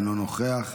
אינו נוכח,